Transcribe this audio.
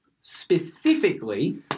specifically